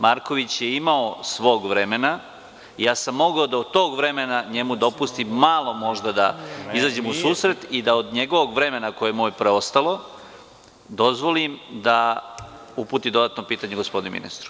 Marković je imao svog vremena i ja sam mogao da od tog vremena njemu dopustim malo, možda da izađem u susret, i da od njegovog vremena koje mu je preostalo dozvolim da uputi dodatno pitanje gospodinu ministru.